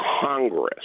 Congress